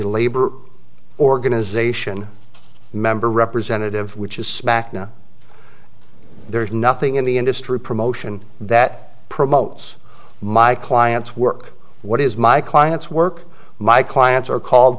labor organization member representative which is smack now there is nothing in the industry promotion that promotes my clients work what is my client's work my clients are called